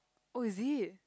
oh is it